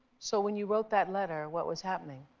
so when you wrote that letter, what was happening?